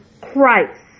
Christ